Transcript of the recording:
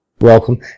welcome